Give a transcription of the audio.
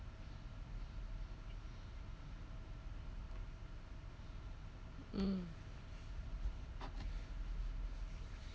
mm